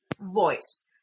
voice